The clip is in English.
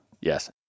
Yes